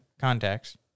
contacts